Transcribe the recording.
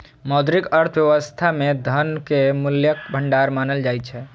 मौद्रिक अर्थव्यवस्था मे धन कें मूल्यक भंडार मानल जाइ छै